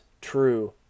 true